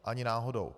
Ani náhodou.